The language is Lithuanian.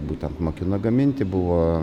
būtent mokino gaminti buvo